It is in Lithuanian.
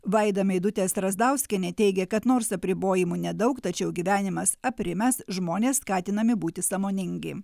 vaida meidutė strazdauskienė teigia kad nors apribojimų nedaug tačiau gyvenimas aprimęs žmonės skatinami būti sąmoningi